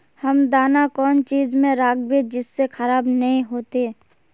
हम दाना कौन चीज में राखबे जिससे खराब नय होते?